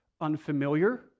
unfamiliar